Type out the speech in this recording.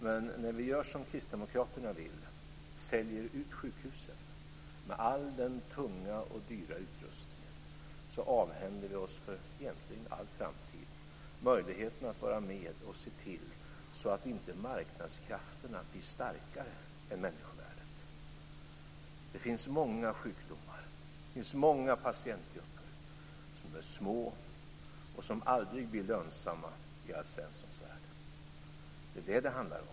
Men när vi gör som Kristdemokraterna vill, säljer ut sjukhusen med all den tunga och dyra utrustningen, avhänder vi oss egentligen för all framtid möjligheten att vara med och se till att inte marknadskrafterna blir starkare än människovärdet. Det finns många sjukdomar. Det finns många patientgrupper som är små och som aldrig blir lönsamma i Alf Svenssons värld. Det är det det handlar om.